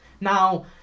Now